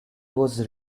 was